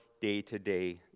day-to-day